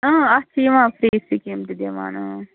اَتھ چھِ یِوان فرٛی سِکیٖم تہِ دِوان